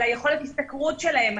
על יכולת ההשתכרות שלהם,